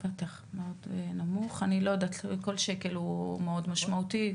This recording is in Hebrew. כל שקל הוא מאוד משמעותי,